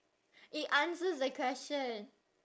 it answers the question